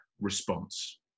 response